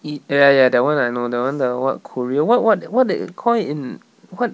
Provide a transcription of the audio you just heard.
eat ya ya ya that one I know that one the what korea what what what they call it in what